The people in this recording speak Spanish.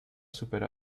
súper